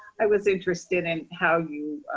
i was interested in how you,